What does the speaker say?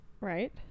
Right